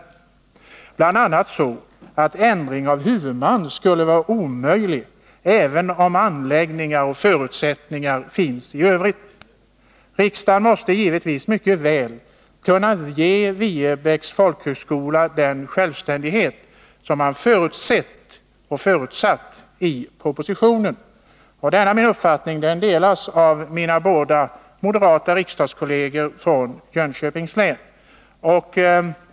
En sådan tolkning skulle bl.a. leda till att en ändring av huvudman skulle vara omöjlig, även om anläggningar och förutsättningar finns i övrigt. Riksdagen måste givetvis mycket väl kunna ge Viebäcks folkhögskola den självständighet man förutsett och förutsatt i propositionen. Denna min uppfattning delas av mina båda moderata riksdagskolleger från Jönköpings län.